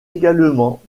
également